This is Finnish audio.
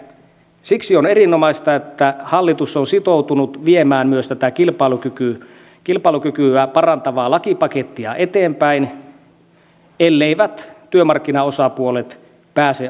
siksi on erinomaista että hallitus on sitoutunut viemään myös tätä kilpailukykyä parantavaa lakipakettia eteenpäin elleivät työmarkkinaosapuolet pääse asiasta sopimukseen